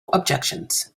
objections